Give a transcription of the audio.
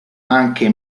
anche